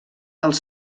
els